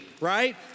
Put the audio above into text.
right